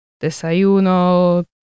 desayuno